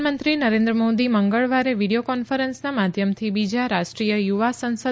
પ્રધાનમંત્રી નરેન્દ્ર મોદી મંગળવારે વીડીયો કોન્ફરન્સના માધ્યમથી બીજા રાષ્ટ્રીય યુવા સંસદ